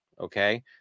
okay